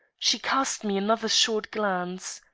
she cast me another short glance.